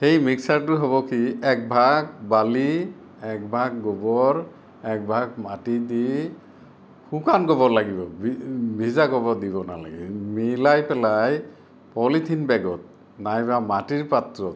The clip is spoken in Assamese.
সেই মিক্সাৰটো হ'ব কি এক ভাগ বালি এক ভাগ গোৱৰ এক ভাগ মাটি দি শুকান গোৱৰ লাগিব ভি ভিজা গোৱৰ দিব নালাগে মিলাই পেলাই পলিথিন বেগত নাইবা মাটিৰ পাত্ৰত